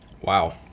Wow